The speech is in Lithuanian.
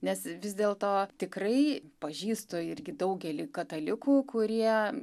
nes vis dėl to tikrai pažįstu irgi daugelį katalikų kurie